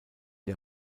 der